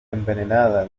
envenenada